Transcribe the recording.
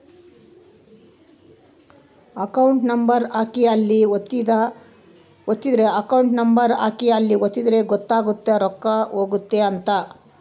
account number ಹಾಕಿ ಅಲ್ಲಿ ಒತ್ತಿದ್ರೆ ಗೊತ್ತಾಗುತ್ತ ರೊಕ್ಕ ಹೊಗೈತ ಅಂತ